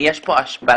יש פה השפלה.